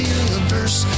universe